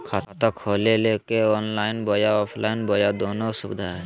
खाता खोले के ऑनलाइन बोया ऑफलाइन बोया दोनो सुविधा है?